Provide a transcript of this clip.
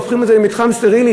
הופכים את זה למתחם סטרילי.